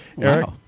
Eric